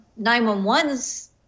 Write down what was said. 911's